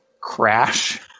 crash